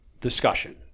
discussion